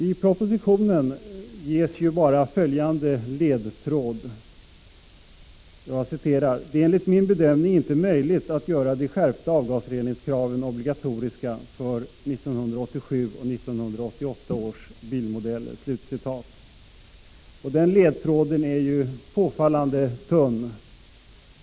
I propositionen ges ju bara följande ledtråd: ”Det är enligt min bedömning inte möjligt att göra de skärpta avgasreningskraven obligatoriska för 1987 och 1988 års bilmodeller.” Den ledtråden är påfallande tunn.